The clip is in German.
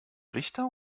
richter